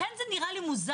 לכן זה נראה לי מוזר,